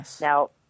Now